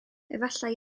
efallai